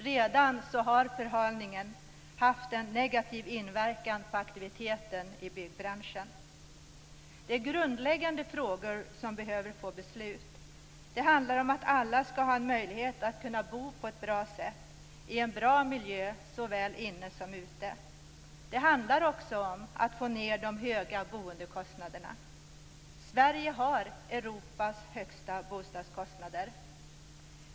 Redan har förhalningen haft en negativ inverkan på aktiviteten i byggbranschen. Det är grundläggande frågor som behöver få beslut. Det handlar om att alla skall ha en möjlighet att bo på ett bra sätt, i en bra miljö såväl inne som ute. Det handlar också om att få ned de höga boendekostnaderna. Sverige har Europas högsta bostadskostnader.